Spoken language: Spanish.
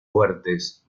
fuertes